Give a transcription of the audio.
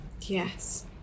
Yes